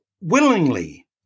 willingly